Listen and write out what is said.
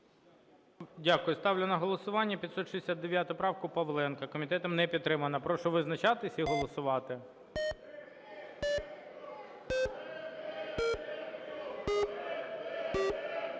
Дякую. Я ставлю на голосування 569 правку Павленка. Комітетом не підтримана. Прошу визначатись і голосувати.